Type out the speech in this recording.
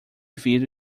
vidro